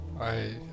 I-